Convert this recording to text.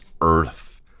earth